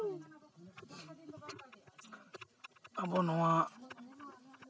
ᱟᱵᱚ ᱱᱚᱣᱟ